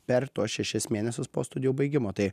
per tuos šešis mėnesius po studijų baigimo tai